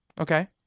Okay